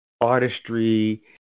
artistry